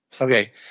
Okay